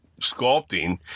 sculpting